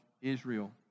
Israel